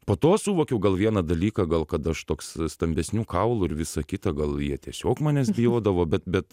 po to suvokiau gal vieną dalyką gal kad aš toks stambesnių kaulų ir visa kita gal jie tiesiog manęs bijodavo bet bet